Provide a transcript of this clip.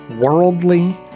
Worldly